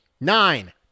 Nine